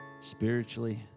spiritually